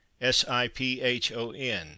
S-I-P-H-O-N